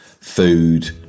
food